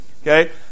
Okay